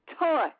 toy